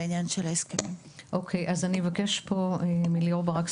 אני אבקש מליאור ברק,